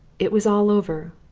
it was all over,